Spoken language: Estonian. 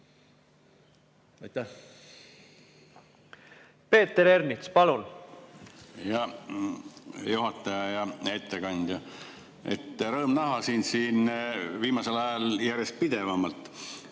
Peeter Ernits, palun!